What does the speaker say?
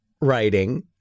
writing